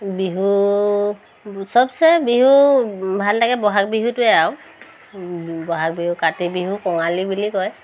বিহু চবচে বিহু ভাল লাগে বহাগ বিহুটোৱে আৰু বহাগ বিহু কাতি বিহু কঙালী বুলি কয়